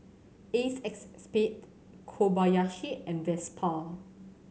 Ace XSPADE Kobayashi and Vespa